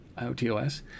IOTOS